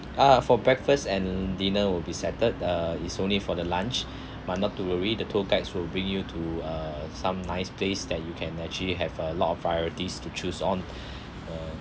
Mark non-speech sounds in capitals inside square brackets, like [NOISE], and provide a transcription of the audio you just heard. ah for breakfast and dinner will be settled uh it's only for the lunch [BREATH] but not to worry the tour guides will bring you to uh some nice place that you can actually have a lot of varieties to choose on [BREATH] uh